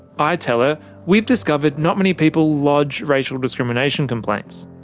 i tell her we've discovered not many people lodge racial discrimination complaints.